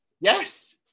Yes